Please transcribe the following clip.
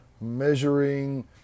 measuring